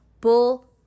Bull